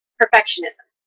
perfectionism